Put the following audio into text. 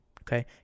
okay